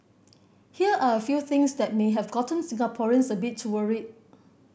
here are a few things that may have gotten Singaporeans a bit worried